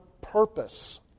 purpose